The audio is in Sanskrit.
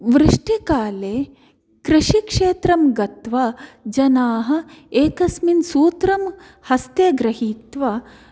वृष्टिकाले कृषिक्षेत्रं गत्वा जनाः एकस्मिन् सूत्रं हस्ते गृहीत्वा